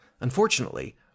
Unfortunately